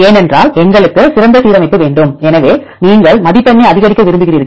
ஏனென்றால் எங்களுக்கு சிறந்த சீரமைப்பு வேண்டும் எனவே நீங்கள் மதிப்பெண்ணை அதிகரிக்க விரும்புகிறீர்கள்